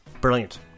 brilliant